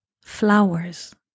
flowers